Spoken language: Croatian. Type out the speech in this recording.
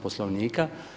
Poslovnika.